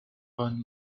von